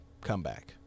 comeback